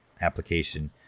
application